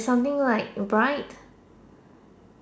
something like bright